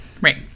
Right